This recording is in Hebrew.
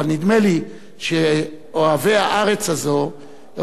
אבל נדמה לי שאוהבי הארץ הזאת,